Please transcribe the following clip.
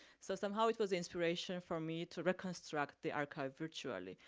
so somehow it was inspiration for me to reconstruct the archive virtually.